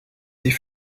die